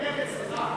נגד, סליחה.